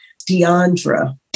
Deandra